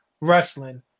wrestling